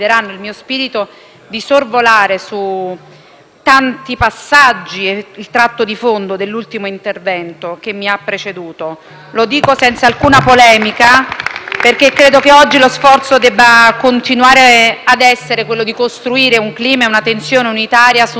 vari passaggi e sul tratto di fondo dell'intervento che mi ha preceduto. *(Applausi dal Gruppo PD).* Lo dico senza alcuna polemica, perché credo che oggi lo sforzo debba continuare ad essere quello di costruire un clima e una tensione unitari su un tema che abbiamo scelto di affrontare